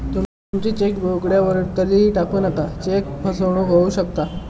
तुमची चेकबुक उघड्यावर कधीही टाकू नका, चेक फसवणूक होऊ शकता